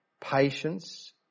patience